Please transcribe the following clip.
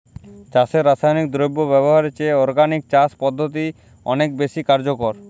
চাষে রাসায়নিক দ্রব্য ব্যবহারের চেয়ে অর্গানিক চাষ পদ্ধতি অনেক বেশি কার্যকর